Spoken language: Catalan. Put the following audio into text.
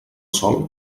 sol